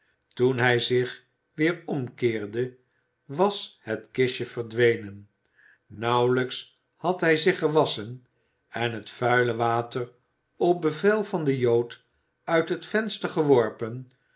toen hij zich weer omkeerde was het kistje verdwenen nauwelijks had hij zich gewasschen en het vuile water op bevel van den jood uit het venster geworpen